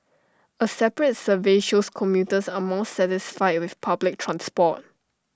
A separate survey shows commuters are more satisfied with public transport